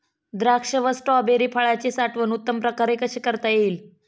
द्राक्ष व स्ट्रॉबेरी फळाची साठवण उत्तम प्रकारे कशी करता येईल?